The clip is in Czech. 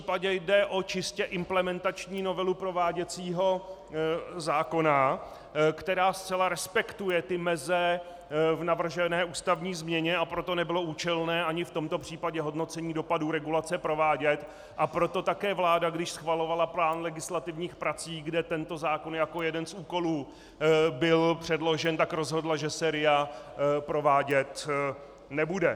V tomto případě jde o čistě implementační novelu prováděcího zákona, která zcela respektuje meze v navržené ústavní změně, a proto nebylo účelné ani v tomto případě hodnocení dopadů regulace provádět, a proto také vláda, když schvalovala plán legislativních prací, kde tento zákon jako jeden z úkolů byl předložen, tak rozhodla, že se RIA provádět nebude.